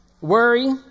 Worry